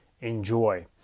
enjoy